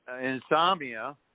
insomnia